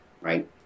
right